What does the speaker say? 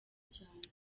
cyane